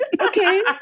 Okay